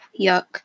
yuck